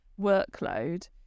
workload